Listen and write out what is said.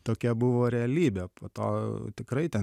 tokia buvo realybė po to tikrai tai